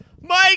Mike